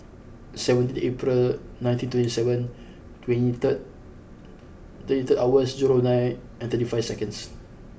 seventeen April nineteen twenty seven twenty third twenty third hours zero nine and thirty five seconds